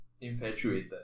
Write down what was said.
infatuated